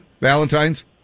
valentine's